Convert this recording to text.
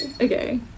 okay